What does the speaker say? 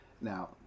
Now